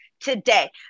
today